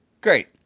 Great